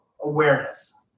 awareness